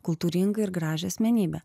kultūringą ir gražią asmenybę